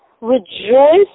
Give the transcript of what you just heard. Rejoice